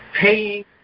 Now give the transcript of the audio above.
paying